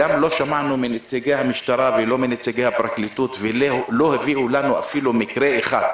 גם לא שמענו מנציגי המשטרה ונציגי הפרקליטות אפילו מקרה אחד,